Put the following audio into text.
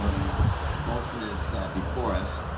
um yeah um motion is before us.